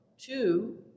Two